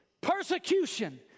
persecution